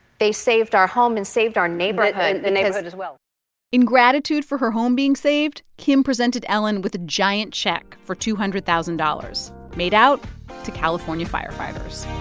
they saved our home and saved our neighborhood the neighborhood as well in gratitude for her home being saved, kim presented ellen with a giant check for two hundred thousand dollars, made out to california firefighters